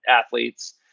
athletes